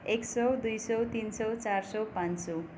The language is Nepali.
एक सय दुई सय तिन सय चार सय पाँच सय